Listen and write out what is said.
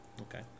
Okay